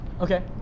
Okay